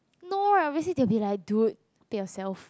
no right obviously they will be like dude take yourself